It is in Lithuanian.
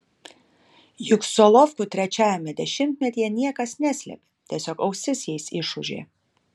juk solovkų trečiajame dešimtmetyje niekas neslėpė tiesiog ausis jais išūžė